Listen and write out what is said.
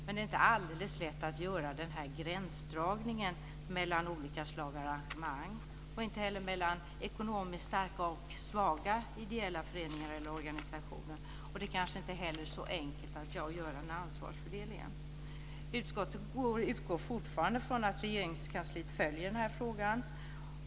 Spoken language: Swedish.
Men det är inte alldeles lätt att göra gränsdragningen mellan olika slag av arrangemang och inte heller mellan ekonomiskt starka och svaga ideella föreningar eller organisationer. Det är kanske inte heller så enkelt att göra ansvarsfördelningen. Utskottet utgår fortfarande från att Regeringskansliet följer frågan.